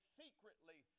secretly